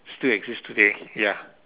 still exist today ya